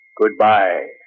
goodbye